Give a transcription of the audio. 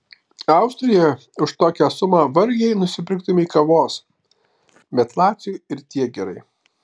austrijoje už tokią sumą vargiai nusipirktumei kavos bet laciui ir tiek gerai